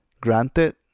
Granted